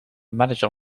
manager